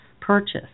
purchase